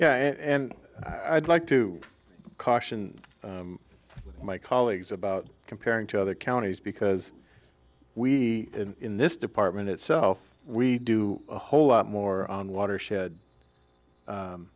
yeah and i'd like to caution my colleagues about comparing to other counties because we in this department itself we do a whole lot more watershed